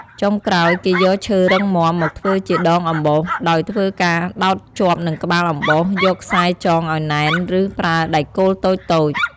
ចុងក្រោយគេយកឈើរឹងមាំ មកធ្វើជាដងអំបោស ដោយធ្វើការដោតជាប់និងក្បាលអំបោសយកខ្សែចងឲ្យណែន ឬប្រើដែកគោលតូចៗ